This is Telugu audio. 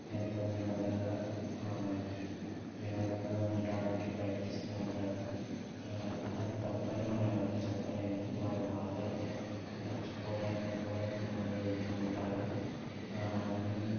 ఎంతో వినోదంగా వినోదంగా ఉండటానికి ప్రయత్నిస్తూ ఉంటారు అది తప్పని మనం ఎవరని చెప్పలేము వారి బాధలు కొన్ని మర్చిపోవడానికి అని కూడా కొంతమంది వెళుతూ ఉంటారు అలాగని